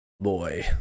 Boy